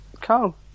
Carl